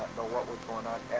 what was going on